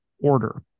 order